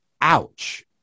ouch